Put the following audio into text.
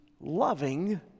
loving